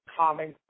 common